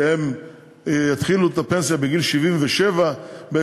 שהם יתחילו את הפנסיה בגיל 77 באיזה